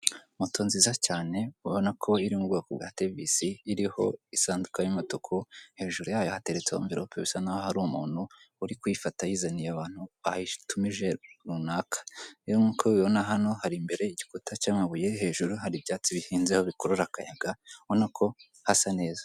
Moto nziza cyane urabona ko iri mu bwoko bwa tevisi iriho isanduka y'umutuku, hejuru yayo hateretseho mvelope bisa naho ari umuntu uri kuyifata ayizaniye abantu bayitumije runaka. Rero nk'uko ubibona hano hari imbere igikuta cy'amabuye, hejuru hari ibyatsi bihinzeho bikurura akayaga, ubona ko hasa neza.